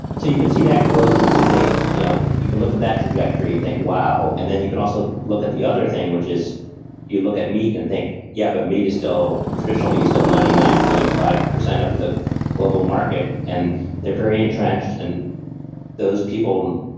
you can see that growth and you can think, you know, you can look at that trajectory and think, wow. and then you can also look at the other thing, which is you look at meat and think, yeah, but meat is still traditional. meat is still ninety nine point five percent of the global market. and they're very entrenched. and those people,